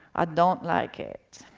i don't like it.